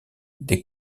des